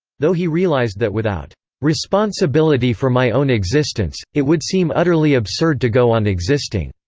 though he realized that without responsibility for my own existence, it would seem utterly absurd to go on existing.